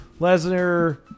Lesnar